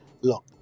look